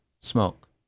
smoke